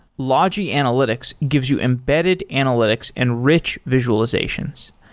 logi analytics gives you embedded analytics and rich visualizations.